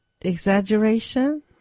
Exaggeration